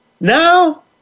Now